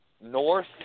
north